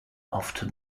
after